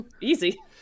Easy